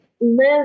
live